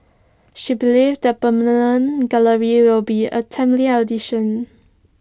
she believes the permanent gallery will be A timely addition